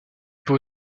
peut